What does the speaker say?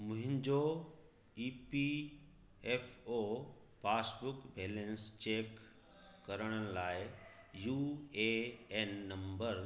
मुंहिंजो E P F O passbook balance check करण लाइ यू ए एन नंबर